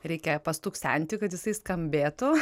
reikia pastuksenti kad jisai skambėtų